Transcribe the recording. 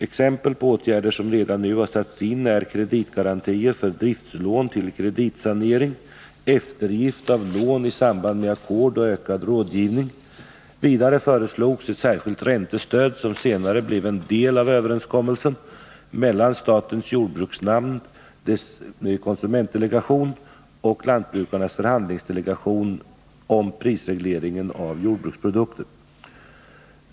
Exempel på åtgärder som redan nu har satts in är kreditgarantier för driftslån till kreditsanering, eftergift av lån i samband med ackord och ökad rådgivning. Vidare föreslogs ett särskilt räntestöd som senare blev en del av överenskommelsen mellan statens jordbruksnämnd och dess konsumentdelegation samt lantbrukarnas förhandlingsdelegation om prisregleringen av jordbruksprodukter.